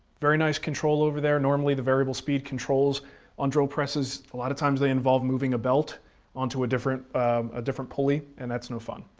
very nice control over there. normally the variable speed controls on drill presses, a lot of times they involve moving a belt onto a different a different pulley and that's no fun.